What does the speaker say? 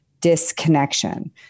disconnection